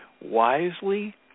wisely